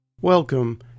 Welcome